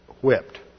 whipped